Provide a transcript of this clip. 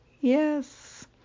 Yes